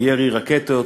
ירי רקטות